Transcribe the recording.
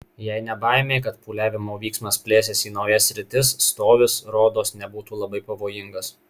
jei ne baimė kad pūliavimo vyksmas plėsis į naujas sritis stovis rodos nebūtų labai pavojingas